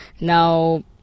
Now